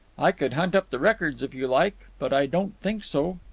i could hunt up the records, if you like but i don't think so.